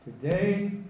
today